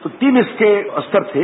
तो तीन इसके स्तर थे